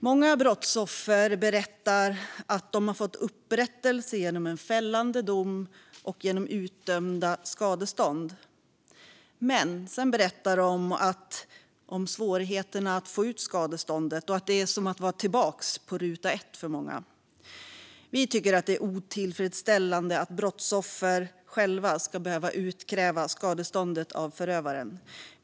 Många brottsoffer berättar att de har fått upprättelse genom en fällande dom och genom utdömda skadestånd. Men sedan berättar de om svårigheterna att få ut skadeståndet och att det är som att vara tillbaka på ruta ett. Vi tycker att det är otillfredsställande att brottsoffer själva ska behöva utkräva skadeståndet av förövaren.